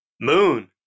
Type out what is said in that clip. Moon